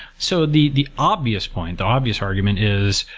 so the the obvious point, the obvious argument is,